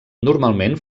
normalment